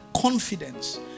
confidence